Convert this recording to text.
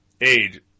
Age